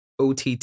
OTT